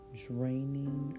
draining